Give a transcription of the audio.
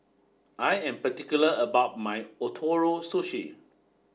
I am particular about my Ootoro Sushi